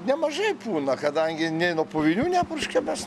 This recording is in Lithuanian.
nemažai pūna kadangi nei nuo puvinių nepurškiam mes